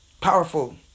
powerful